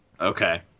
okay